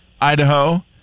Idaho